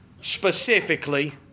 specifically